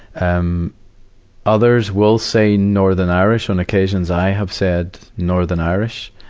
um others will say northern irish on occasions, i have said northern irish.